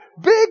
Big